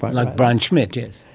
but like brian schmidt, yes.